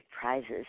prizes